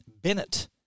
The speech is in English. Bennett